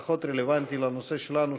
פחות רלוונטי לנושא שלנו,